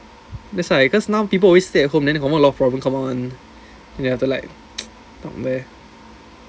it there that's why cause now people always stay at home then confirm a lot of problem come up [one] you have to like talk there